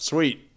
Sweet